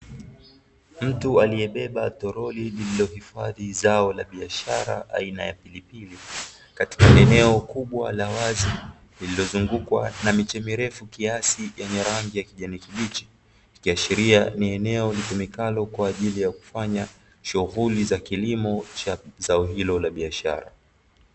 Mtu aliyebeba torori lililo hifadhi zao la biashara aina ya pilipili katika eneo kubwa la wazi, lililo zungukwa na miche mirefu kiasi yenye rangi ya kijani kibichi, ikiashiria ni eneo litumikalo kwa ajili yakufanya shughuli za kilimo cha zao hilo la biashara.